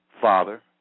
father